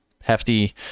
hefty